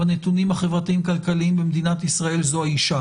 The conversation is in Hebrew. בנתונים החברתיים- כלכליים במדינת ישראל זו האישה